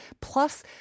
plus